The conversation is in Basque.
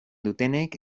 dutenek